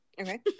Okay